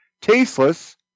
Tasteless